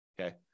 okay